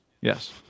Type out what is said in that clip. yes